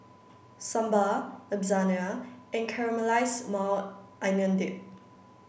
Sambar Lasagna and Caramelized Maui Onion Dip